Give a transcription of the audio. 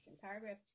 Paragraph